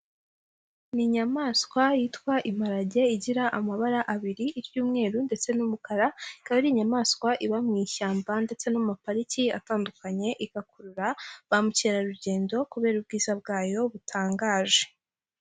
Ni inyamaswa yitwa imparage igira amabara abiri iry'umweru ndetse n'umukara, ikaba ari inyamaswa iba mu ishyamba ndetse no mu mapariki atandukanye, igakurura ba mukerarugendo kubera ubwiza bwayo butangaje.